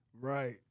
Right